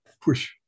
push